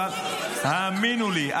אבל האמינו לי,